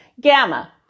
Gamma